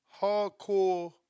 hardcore